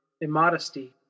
immodesty